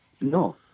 no